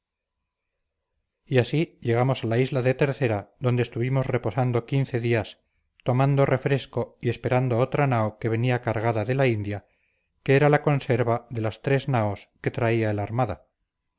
y así llegamos a la isla tercera donde estuvimos reposando quince días tomando refresco y esperando otra nao que venía cargada de la india que era la conserva de las tres naos que traía el armada